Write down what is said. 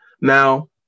Now